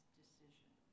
decision